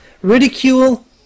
ridicule